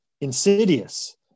Insidious